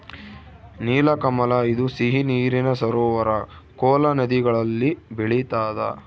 ನೀಲಕಮಲ ಇದು ಸಿಹಿ ನೀರಿನ ಸರೋವರ ಕೋಲಾ ನದಿಗಳಲ್ಲಿ ಬೆಳಿತಾದ